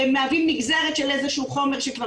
הם מהווים נגזרת של איזה שהוא חומר שכבר